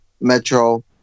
Metro